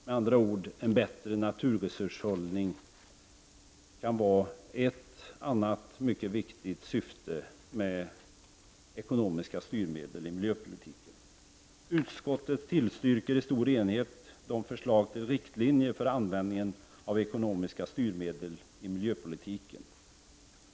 Med andra ord: ett mycket viktigt syfte med ekonomiska styrmedel i miljöpolitiken kan vara en bättre resurshushållning. Utskottet tillstyrker i stor enighet förslagen till riktlinjer för användningen av ekonomiska styrmedel i miljöpolitiken.